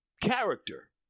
character